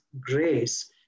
grace